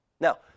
Now